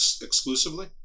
exclusively